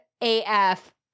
AF